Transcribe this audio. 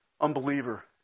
Unbeliever